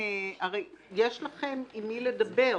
הרי יש לכם עם מי לדבר,